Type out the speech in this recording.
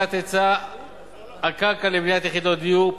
הגדלת היצע הקרקע לבניית יחידות דיור,